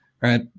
right